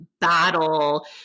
battle